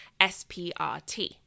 SPRT